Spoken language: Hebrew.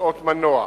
שעות מנוע.